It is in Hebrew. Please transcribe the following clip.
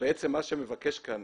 בעצם מה שמבקש כאן